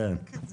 כן.